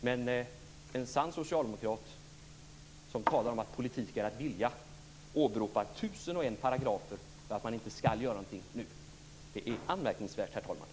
Men en sann socialdemokrat, som talar om att politik är att vilja, åberopar tusen och en paragrafer som skäl till att man inte skall göra någonting nu. Det är anmärkningsvärt, herr talman.